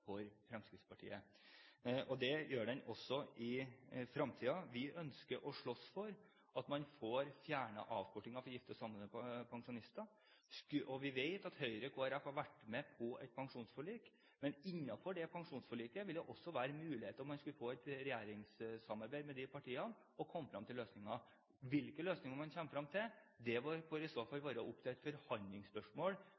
for Fremskrittspartiet. Det gjør den også i fremtiden. Vi ønsker å slåss for at man får fjernet avkortingen for gifte og samboende pensjonister. Vi vet at Høyre og Kristelig Folkeparti har vært med på et pensjonsforlik, men innenfor det pensjonsforliket vil det også være mulighet til, om man skulle få et regjeringssamarbeid med de partiene, å komme frem til løsninger. Hvilke løsninger man i så fall kommer frem til,